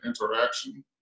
interaction